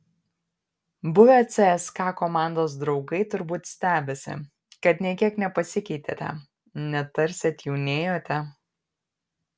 buvę cska komandos draugai turbūt stebisi kad nė kiek nepasikeitėte net tarsi atjaunėjote